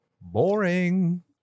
Boring